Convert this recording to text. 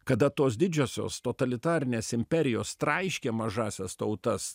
kada tos didžiosios totalitarinės imperijos traiškė mažąsias tautas